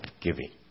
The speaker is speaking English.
giving